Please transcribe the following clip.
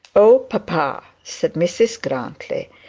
oh, papa said mrs grantly,